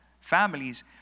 families